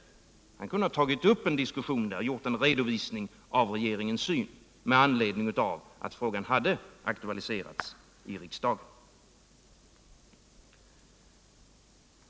Han kunde ha tagit upp en diskussion och givit en redovisning av regeringens syn med anledning av att frågan hade aktualiserats i riksdagen.